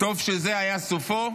שזה היה סופו,